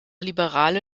liberale